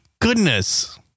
goodness